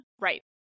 Right